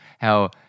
how-